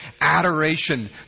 adoration